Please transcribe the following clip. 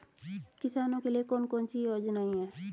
किसानों के लिए कौन कौन सी योजनाएं हैं?